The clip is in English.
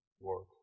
work